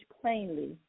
plainly